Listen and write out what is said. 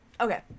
okay